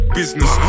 business